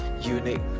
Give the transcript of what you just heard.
unique